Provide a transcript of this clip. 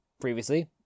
previously